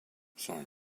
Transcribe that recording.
simon